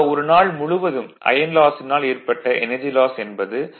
ஆக ஒரு நாள் முழுவதும் ஐயன் லாஸினால் ஏற்பட்ட எனர்ஜி லாஸ் என்பது 0